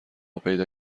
پیدا